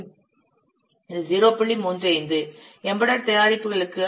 35 embedded தயாரிப்புகளுக்கு அடுக்கு மதிப்பு 0